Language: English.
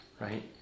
right